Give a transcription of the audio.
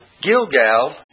Gilgal